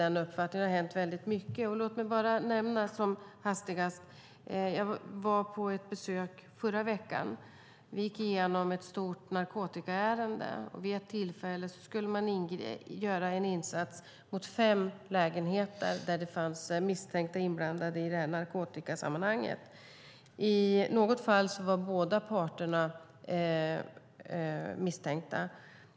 Det har hänt mycket. Låt mig som hastigast nämna att vi vid ett besök i förra veckan gick igenom ett stort narkotikaärende. Vid ett tillfälle skulle man göra en insats mot fem lägenheter där det fanns misstänkta inblandade i detta narkotikasammanhang. I något fall var båda misstänkta.